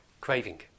Craving